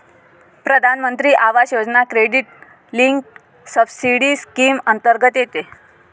प्रधानमंत्री आवास योजना क्रेडिट लिंक्ड सबसिडी स्कीम अंतर्गत येते